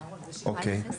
אוקיי.